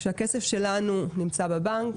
כשהכסף שלנו בבנק,